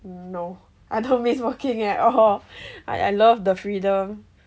no I don't miss working at all I I love the freedom